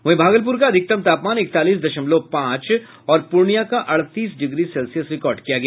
वहीं भागलपुर का अधिकतम तापमान इकतालीस दशमलव पांच और पूर्णियां का अड़तीस डिग्री सेल्सियस रिकॉर्ड किया गया